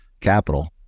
capital